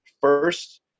first